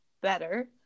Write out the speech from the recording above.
better